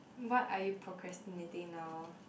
what are you procrastinating now